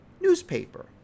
newspaper